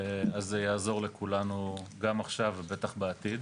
אז זה יעזור לכולנו, גם עכשיו ובטח בעתיד.